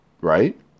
Right